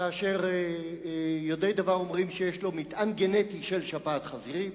כאשר יודעי דבר אומרים שיש לו מטען גנטי של שפעת חזירים,